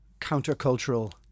countercultural